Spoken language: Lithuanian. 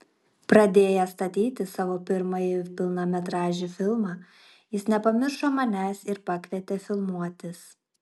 pradėjęs statyti savo pirmąjį pilnametražį filmą jis nepamiršo manęs ir pakvietė filmuotis